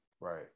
Right